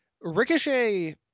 Ricochet